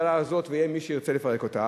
יהיה מי שירצה לפרק אותה.